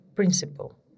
principle